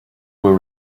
were